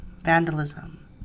vandalism